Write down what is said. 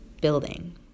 building